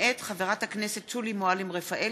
מאת חברי הכנסת דב חנין,